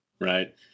Right